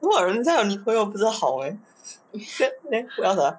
what 人家有女朋友不是好 meh who else ah